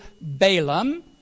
Balaam